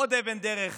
עוד אבן דרך